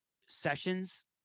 sessions